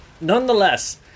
nonetheless